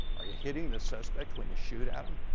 are you hitting the suspect when you shoot at him?